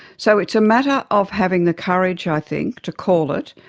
so it's a matter of having the courage, i think, to call it,